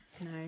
no